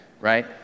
Right